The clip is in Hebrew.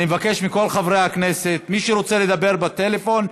אני מבקש מכל חברי הכנסת: מי שרוצה לדבר בטלפון,